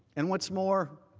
and once more,